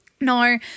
No